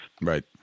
Right